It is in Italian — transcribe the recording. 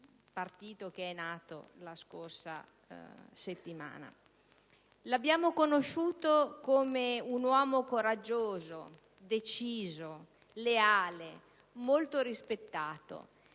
del partito che è venuto alla luce la scorsa settimana. L'abbiamo conosciuto come un uomo coraggioso, deciso, leale, molto rispettato